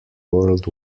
world